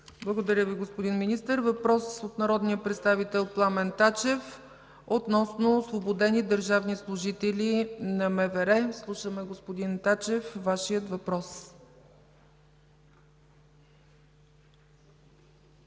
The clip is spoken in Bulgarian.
Благодаря Ви, господин Министър. Въпрос от народния представител Пламен Тачев относно освободени държавни служители от МВР. Слушаме, господин Тачев, Вашият въпрос. ПЛАМЕН